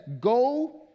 go